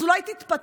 אז אולי תתפטר,